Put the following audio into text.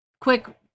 quick